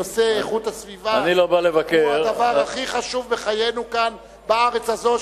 נושא איכות הסביבה הוא הדבר הכי חשוב בחיינו כאן בארץ הזו,